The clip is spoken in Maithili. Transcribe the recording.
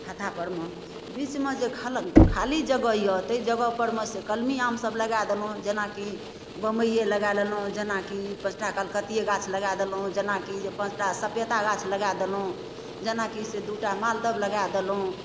हत्थापर मे बीचमे जे खल खाली जगह यऽ तै जगहपर मे से कलमी आम सब लगा देलहुँ जेनाकि बमबइए लगा लेलहुँ जेनाकि पाँचटा कलकतिये गाछ लगा देलहुँ जेनाकि जे पाँचटा सपेता गाछ लगा देलहुँ जेनाकि से दू टा मालदह लगा देलहुँ